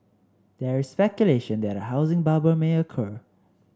there is speculation that a housing bubble may occur